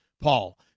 Paul